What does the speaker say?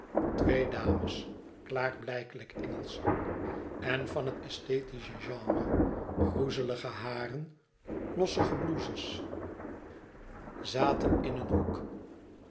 twee dames klaarblijkelijk engelsch en van het esthetische genre groezelige haren lossige blouses zaten in een hoek